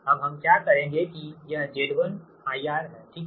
अब हम क्या करेंगे कि यह Z1 IR हैठीक